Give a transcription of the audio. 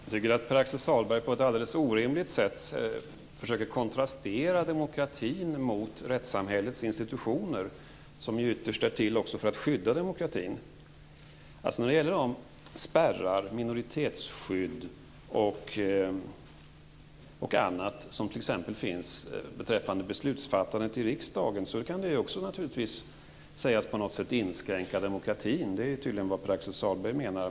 Fru talman! Jag tycker att Pär-Axel Sahlberg på ett alldeles orimligt sätt försöker kontrastera demokratin mot rättssamhällets institutioner, som ytterst är till för att skydda demokratin. De spärrar, minoritetsskydd och annat som exempelvis finns när det gäller beslutsfattandet i riksdagen kan naturligtvis också sägas inskränka demokratin, och det är tydligen vad Pär-Axel Sahlberg menar.